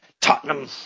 Tottenham